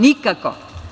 Nikako.